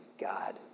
God